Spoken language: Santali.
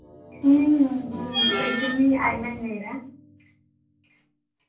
ᱤᱧ ᱠᱟᱧᱪᱚᱱᱤ ᱟᱡ ᱢᱟᱧ ᱞᱟᱹᱭᱫᱟ